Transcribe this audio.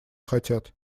хотят